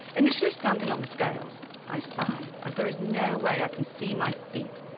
initially standing on the scales i sigh as there is no way i can see my feet,